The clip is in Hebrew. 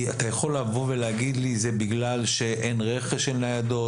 אתה יכול לבוא ולהגיד לי זה בגלל שאין רכש של ניידות,